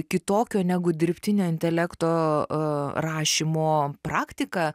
kitokio negu dirbtinio intelekto rašymo praktika